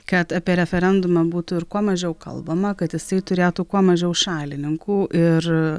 kad apie referendumą būtų ir kuo mažiau kalbama kad jisai turėtų kuo mažiau šalininkų ir